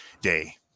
day